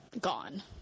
gone